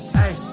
hey